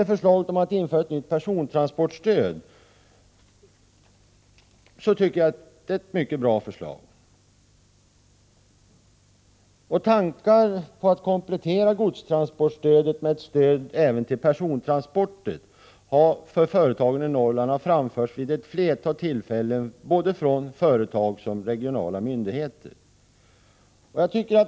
Förslaget om att införa ett nytt persontransportstöd vill jag också helt ansluta mig till. Tankar på att komplettera godstransportstödet med ett stöd även till persontransporter för företagen i Norrland har framförts vid ett flertal tillfällen från såväl företag som regionala myndigheter.